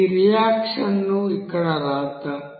ఈ రియాక్షన్ ను ఇక్కడ వ్రాద్దాం